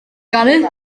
ganu